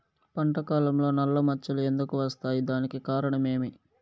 పంట కాలంలో నల్ల మచ్చలు ఎందుకు వస్తాయి? దానికి కారణం ఏమి?